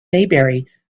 maybury